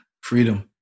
Freedom